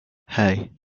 hey